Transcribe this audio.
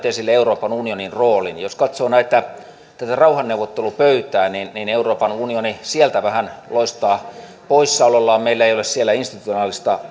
esille euroopan unionin rooli jos katsoo tätä rauhanneuvottelupöytää niin niin euroopan unioni sieltä vähän loistaa poissaolollaan meillä ei ole siellä institutionaalista